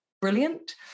brilliant